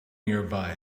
nearby